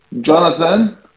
Jonathan